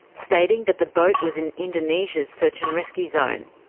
stating that the boat was in indonesia's search and rescue zone.